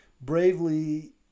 bravely